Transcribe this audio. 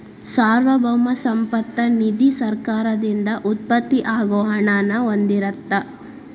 ಸಾರ್ವಭೌಮ ಸಂಪತ್ತ ನಿಧಿ ಸರ್ಕಾರದಿಂದ ಉತ್ಪತ್ತಿ ಆಗೋ ಹಣನ ಹೊಂದಿರತ್ತ